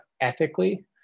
ethically